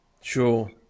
sure